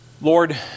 Lord